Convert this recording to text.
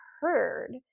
heard